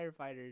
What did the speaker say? firefighters